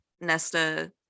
Nesta